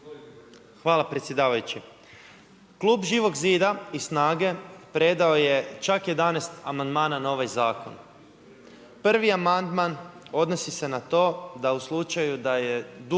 Hvala predsjedavajući. Klub Živog zida i SNAGA-e predao je čak 11 amandmana na ovaj zakon. Prvi amandman odnosi se na to da u slučaju da je dug